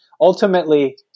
Ultimately